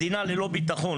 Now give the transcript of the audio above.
מדינה ללא ביטחון,